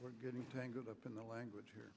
we're getting tangled up in the language here